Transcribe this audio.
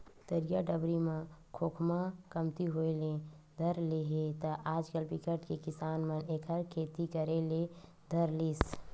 तरिया डबरी म खोखमा कमती होय ले धर ले हे त आजकल बिकट के किसान मन एखर खेती करे ले धर लिस